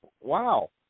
Wow